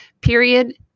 Period